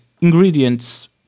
ingredients